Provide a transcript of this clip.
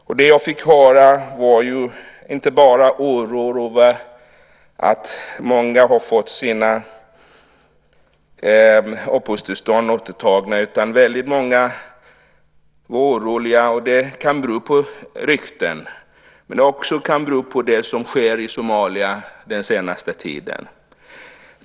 Där fick jag höra att många var oroliga över att ha fått sina uppehållstillstånd återtagna. Väldigt många var oroliga, vilket kan bero på rykten. Men det kan också bero på det som har skett i Somalia under den senaste tiden.